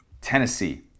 Tennessee